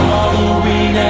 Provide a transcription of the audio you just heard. Halloween